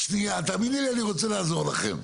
תאמיני לי, אני רוצה לעזור לכם.